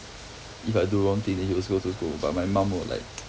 if I do wrong thing then he will scold scold scold but my mum will like